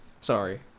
sorry